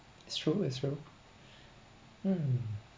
it's true it's true mm